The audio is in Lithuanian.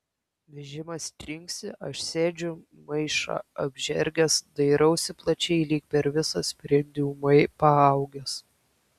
vežimas trinksi aš sėdžiu maišą apžergęs dairausi plačiai lyg per visą sprindį ūmai paaugęs